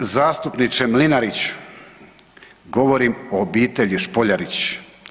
G. zastupniče Mlinarić, govorim o obitelji Špoljarić.